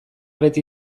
beti